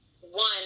one